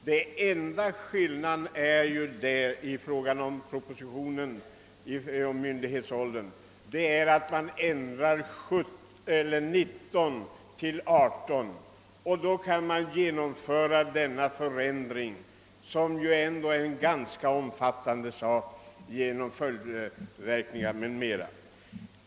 Den enda skillnaden i förhållande till vad som föreslås i propositionen om myndighetsåldern skulle vara att åldern 19 år ändras till 18 år. Under denna förutsättning skulle detta genom sina följdverkningar ganska omfattande förslag kunna genomföras.